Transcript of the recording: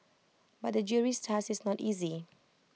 but the jury's task is not easy